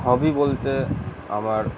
হবি বলতে আমার